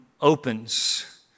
opens